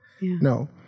no